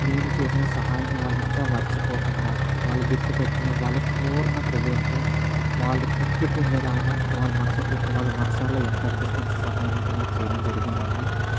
నేను చేసిన సహాయాన్ని వాళ్ళు ఇంకా మర్చిపోకుండా వాళ్ళు గుర్తుపెట్టుకుని వాళ్ళ పూర్ణ హృదయంతో వాళ్ళు తృప్తి పొందేలాగా వారు మనసులో ఎంత అనిపిస్తే అంత సహాయం అయితే నాకు చేయడం జరిగింది అండి